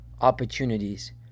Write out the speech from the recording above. opportunities